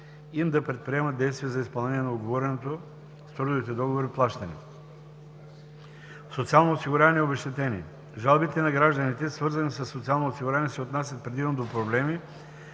им да предприемат действия за изпълнение на уговореното с трудовите договори плащане. Социално осигуряване и обезщетения. Жалбите на гражданите, свързани със социалното осигуряване, се отнасят предимно до проблеми: